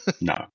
No